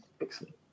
Excellent